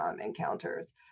encounters